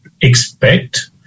expect